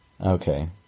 Okay